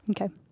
Okay